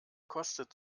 kostet